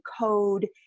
Code